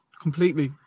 Completely